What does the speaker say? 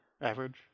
average